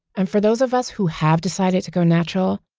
and for those of us who have decided to go natural,